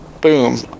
Boom